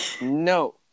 No